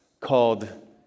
called